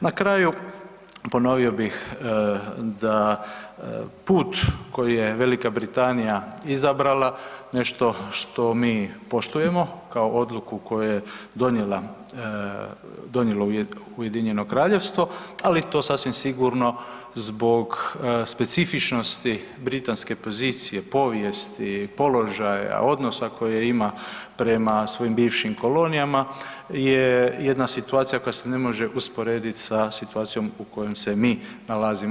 Na kraju, ponovio bih da put koji je Velika Britanija izabrala nešto što mi poštujemo kao odluku koju je donijelo UK, ali to sasvim sigurno zbog specifičnosti britanske pozicije, povijesti, položaja odnosa koji ima prema svojim bivšim kolonijama je jedna situacija koja se ne može usporediti sa situacijom u kojoj se mi nalazimo.